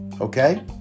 okay